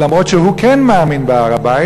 למרות שהוא כן מאמין בהר-הבית,